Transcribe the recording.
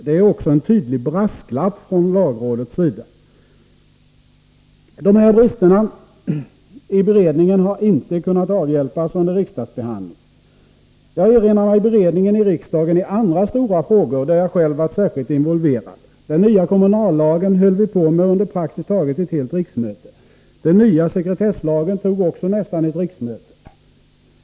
Det är också en tydlig brasklapp från lagrådets sida. Dessa brister i beredningen har inte kunnat avhjälpas under riksdagsbehandlingen. Jag erinrar mig beredningen i riksdagen i andra stora frågor, där jag själv varit särskilt involverad. Den nya kommunallagen höll vi på med under praktiskt taget ett helt riksmöte. Den nya sekretesslagen tog också nästan ett riksmöte.